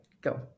go